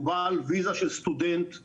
הוא בעל ויזה של סטודנט,